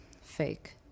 fake